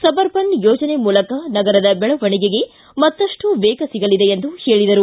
ಸಬ್ urban ಯೋಜನೆ ಮೂಲಕ ನಗರದ ಬೆಳವಣಿಗೆಗೆ ಮತ್ತಷ್ಟು ವೇಗ ಬರಲಿದೆ ಎಂದು ಹೇಳಿದರು